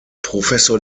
professor